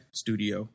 studio